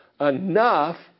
enough